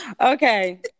Okay